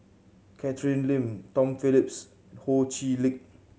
Catherine Lim Tom Phillips Ho Chee Lick